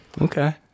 Okay